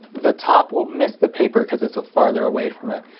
the top will miss the paper because it's farther away from it.